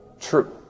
true